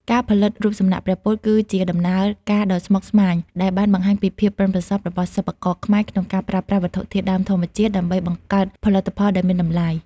ការផលិតរូបសំណាកព្រះពុទ្ធ គឺជាដំណើរការដ៏ស្មុគស្មាញដែលបានបង្ហាញពីភាពប៉ិនប្រសប់របស់សិប្បករខ្មែរក្នុងការប្រើប្រាស់វត្ថុធាតុដើមធម្មជាតិដើម្បីបង្កើតផលិតផលដែលមានតម្លៃ។